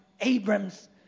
Abram's